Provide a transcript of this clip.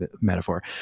metaphor